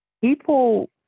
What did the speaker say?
people